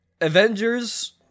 Avengers